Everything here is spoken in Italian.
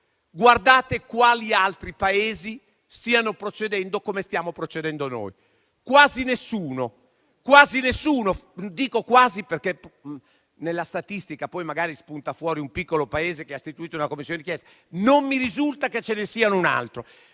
Guardate quali altri Paesi stanno procedendo come stiamo procedendo noi: quasi nessuno. Dico quasi perché nella statistica poi magari spunta fuori un piccolo Paese che ha istituito una Commissione d'inchiesta, ma non mi risulta che ce ne sia un altro.